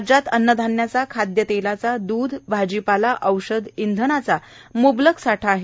राज्यात अन्नधान्याचा खादयतेलाचा द्ध भाजीपाल्याचा औषधांचा इंधनाचा म्बलक साठा आहे